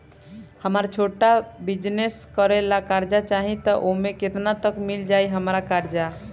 हमरा छोटा बिजनेस करे ला कर्जा चाहि त ओमे केतना तक मिल जायी हमरा कर्जा?